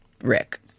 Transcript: Rick